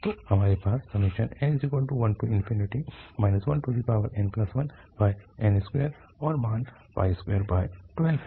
तो हमारे पास n1 1n1n2 और मान 212 है